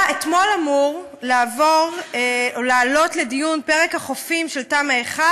אתמול היה אמור לעלות לדיון פרק החופים של תמ"א 1,